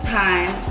time